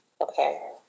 Okay